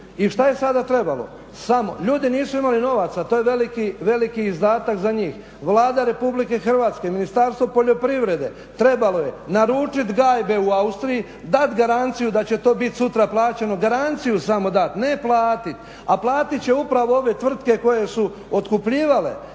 I što je sada trebalo? Ljudi nisu imali novaca, to je veliki izdatak za njih, Vlada RH, Ministarstvo poljoprivrede trebalo je naručiti gajbe u Austriji, dat garanciju da će to biti sutra plaćeno, garanciju samo dati, ne platiti, a platiti će upravo ove tvrtke koje su otkupljivale